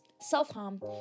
self-harm